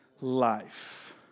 life